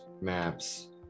maps